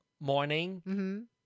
Morning